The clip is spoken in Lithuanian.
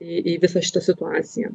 į į visą šitą situaciją